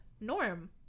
norm